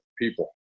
people